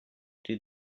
did